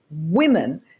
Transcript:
Women